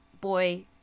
boy